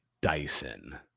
Dyson